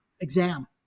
exam